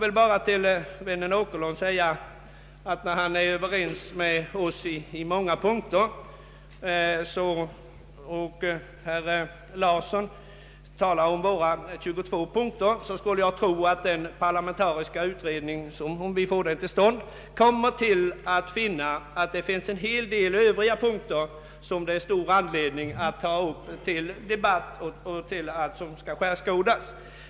Till vännen herr Åkerlund vill jag säga att när han här är överens med oss i många punkter, och herr Åke Larsson talar om våra 22 punkter, så skulle jag tro att om en parlamentarisk utredning kommer till stånd kommer den att finna anledning att ta upp en hel del övriga punkter till debatt och skärskådande.